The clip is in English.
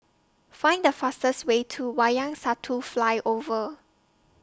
Find The fastest Way to Wayang Satu Flyover